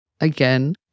again